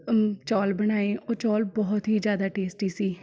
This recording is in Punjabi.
ਚੌਲ ਬਣਾਏ ਉਹ ਚੌਲ ਬਹੁਤ ਹੀ ਜ਼ਿਆਦਾ ਟੇਸਟੀ ਸੀ